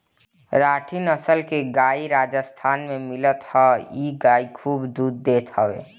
राठी नसल के गाई राजस्थान में मिलत हअ इ गाई खूब दूध देत हवे